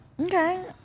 Okay